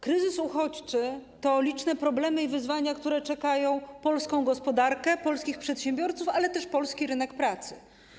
Kryzys uchodźczy to liczne problemy i wyzwania, które czekają polską gospodarkę, polskich przedsiębiorców, ale też polski rynek pracy.